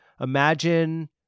Imagine